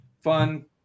fun